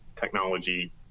technology